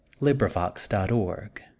LibriVox.org